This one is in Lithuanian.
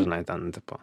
žinai ten tipo